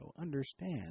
understand